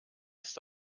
ist